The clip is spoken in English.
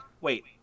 Wait